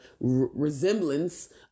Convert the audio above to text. resemblance